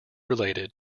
related